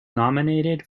nominated